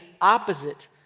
opposite